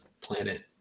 planet